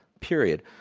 period.